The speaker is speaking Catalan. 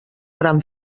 gran